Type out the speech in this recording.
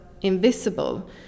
invisible